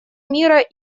мира